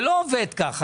זה לא עובד ככה,